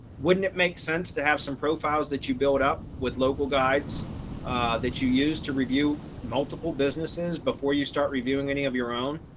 wouldn't it make sense to have some profiles that you build up with local guides that you use to review multiple businesses before you start reviewing any of your own?